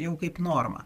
jau kaip norma